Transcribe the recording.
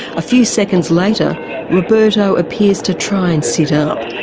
a few seconds later roberto appears to try and sit up.